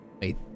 Wait